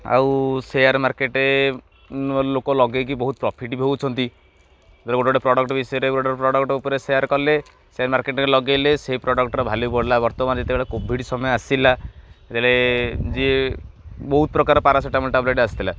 ଆଉ share market ଲୋକ ଲଗେଇକି ବହୁତ ପ୍ରଫିଟ୍ ବି ହଉଛନ୍ତି ଗୋଟେ ଗୋଟେ ପ୍ରଡ଼କ୍ଟ ବିଷୟରେ ଗୋଟେ ଗୋଟେ ପ୍ରଡ଼କ୍ଟ ଉପରେ ସେୟାର କଲେ ସେୟାର ମାର୍କେଟରେ ଲଗେଇଲେ ସେଇ ପ୍ରଡ଼କ୍ଟର ଭାଲ୍ୟୁ ପଡ଼ିଲା ବର୍ତ୍ତମାନ ଯେତେବେଳେ କୋଭିଡ଼ ସମୟ ଆସିଲା ଯେତେବେଳେ ଯିଏ ବହୁତ ପ୍ରକାର ପାରାସିଟାମଲ୍ ଟ୍ୟାବଲେଟ୍ ଆସିଥିଲା